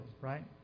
right